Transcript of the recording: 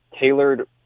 tailored